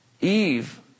Eve